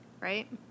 right